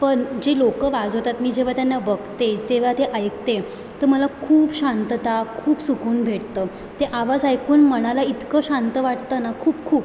पण जे लोकं वाजवतात मी जेव्हा त्यांना बघते तेव्हा ते ऐकते तर मला खूप शांतता खूप सुकून भेटतं ते आवाज ऐकून मनाला इतकं शांत वाटतं ना खूप खूप